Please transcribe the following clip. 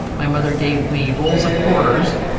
my mother gave me rolls of quarters,